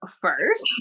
first